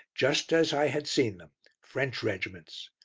just as i had seen them french regiments.